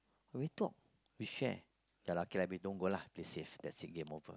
when we talk we share ya lah okay lah we save that's it game over